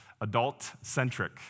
adult-centric